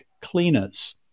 cleaners